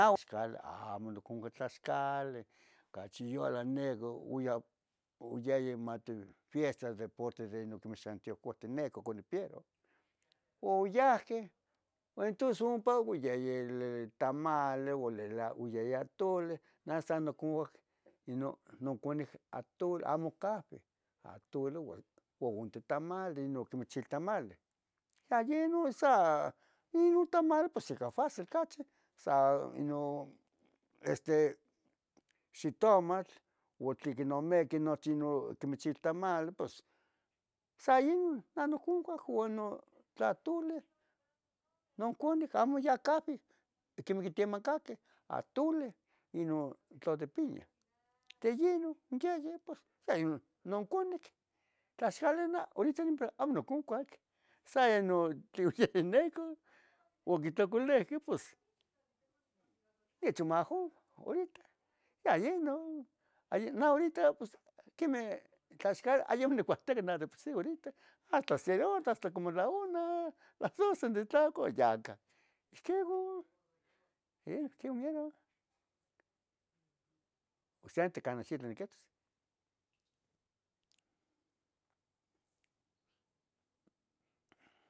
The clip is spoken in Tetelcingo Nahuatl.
Axcala amo nocuncua tlaxcale, cachi yula necoh. oyah, oyaya mati fiesta de purte de inon tiacuahtineco. conipieroh Uyahqueh uan entons umpa uayeyele tamale, oyeye. atuli, nasan noconcac inon non cunic atul, amo cafen. atuli uan unte tamale non quemeh chiltamale sa yenun sa, inun tamali pos ica facil cachi sa. inun este, xitomatl uan tlen quinomique nochi no. quimi chiltamali pos sa inun, uan con tlo atule. nuncunic amo ya cafen quiemi quitemacaque atuli. inun tlo de piña Te ye nun, yeye pos sainun nuncunic,. tlaxcale nah horita amo noconcuac. sayoh non tleu yen neco oquitlocollihqueh. pos icha majoh horitah ya inun ay Nah horitah pos quemeh tlaxcale ayamo. nicuahtoca nah de por sì horita, hasta. serotoh, hasta como la una, las doce. nitlacua ya cah. Ihquego iuqui mieru Ohsente can nochili niquehtos